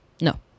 no